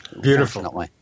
Beautiful